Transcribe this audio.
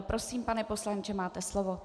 Prosím, pane poslanče, máte slovo.